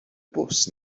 bws